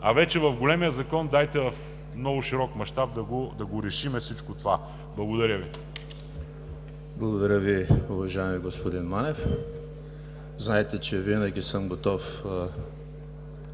а вече в големия закон дайте в много широк мащаб да решим всичко това. Благодаря Ви. ПРЕДСЕДАТЕЛ ЕМИЛ ХРИСТОВ: Благодаря Ви, уважаеми господин Манев. Знаете, че винаги съм готов,